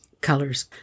colors